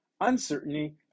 uncertainty